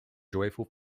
joyful